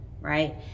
right